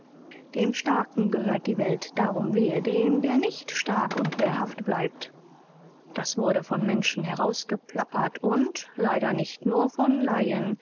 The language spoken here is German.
dem starken gehört die welt darum wehe dem der nicht stark u wehrhaft bleibt das wurde von menschen herausgeplappert u leider nicht nur von laien